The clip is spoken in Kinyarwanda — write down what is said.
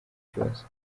kibazo